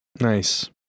Nice